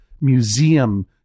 museum